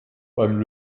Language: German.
beim